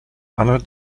anhalt